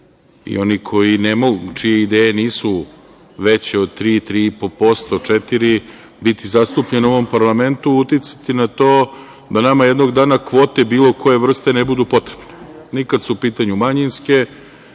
građani biti i oni čije ideje nisu veće od 3, 3,5%, 4% biti zastupljene u ovom parlamentu uticati na to da nama jednog dana kvote bilo koje vrste ne budu potrebne ni kada su u pitanju manjinske